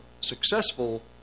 successful